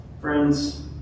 Friends